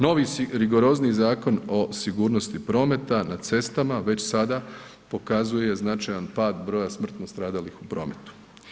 Novi rigorozniji Zakon o sigurnosti prometa na cestama, već sada pokazuje značajan pad broja smrtno stradalih u prometu.